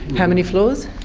how many floors?